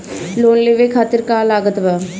Loan लेवे खातिर का का लागत ब?